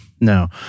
No